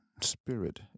spirit